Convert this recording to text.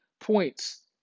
points